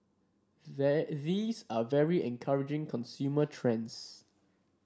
they these are very encouraging consumer trends